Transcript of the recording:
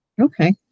Okay